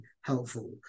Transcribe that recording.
helpful